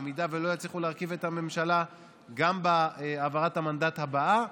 אם לא יצליחו להרכיב את הממשלה גם בהעברת המנדט הבאה,